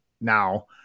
now